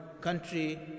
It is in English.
country